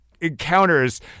encounters